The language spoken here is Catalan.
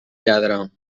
lladre